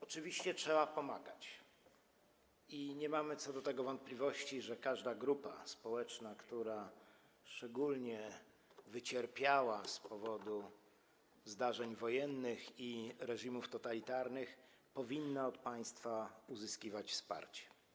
Oczywiście trzeba pomagać i nie mamy co do tego wątpliwości, że każda grupa społeczna, która szczególnie ucierpiała z powodu zdarzeń wojennych i reżimów totalitarnych, powinna od państwa uzyskiwać wsparcie.